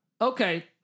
Okay